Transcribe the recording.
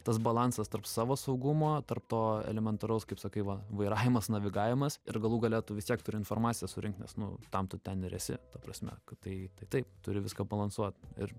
tas balansas tarp savo saugumo tarp to elementaraus kaip sakai va vairavimas navigavimas ir galų gale tu vis tiek turi informaciją surinkt nes nu tam tu ten ir esi ta prasme kad tai tai taip turi viską balansuot ir